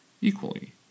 equally